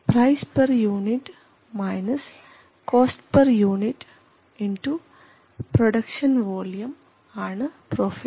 price per unit minus cost per unit into production volume ആണ് profit